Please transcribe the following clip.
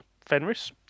Fenris